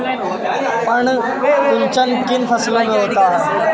पर्ण कुंचन किन फसलों में होता है?